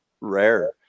rare